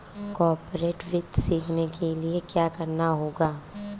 corporate वित्त सीखने के लिया क्या करना होगा